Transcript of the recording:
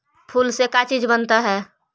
फूल से का चीज बनता है?